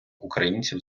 українців